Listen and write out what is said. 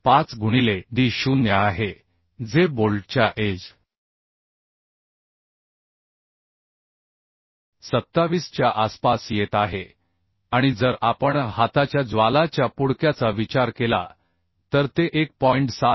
5 गुणिले d0 आहे जे बोल्टच्या एज 27 च्या आसपास येत आहे आणि जर आपण हाताच्या ज्वालाच्या पुडक्याचा विचार केला तर ते 1